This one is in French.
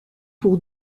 pour